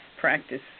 practice